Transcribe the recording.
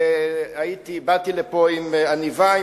באתי לפה עם עניבה,